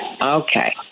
Okay